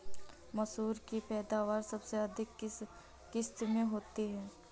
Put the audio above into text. मसूर की पैदावार सबसे अधिक किस किश्त में होती है?